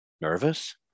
Nervous